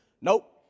Nope